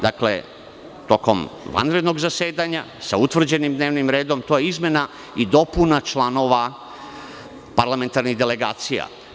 Dakle, tokom vanrednog zasedanja, sa utvrđenim dnevnim redom, a to je izmena i dopuna članova parlamentarnih delegacija.